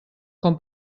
com